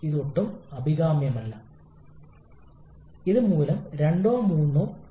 അതിനാൽ നമ്മൾക്ക് ഒരു കംപ്രസ്സറിന് വേണ്ടതും ടർബൈനിനായി ആവശ്യമുള്ളതും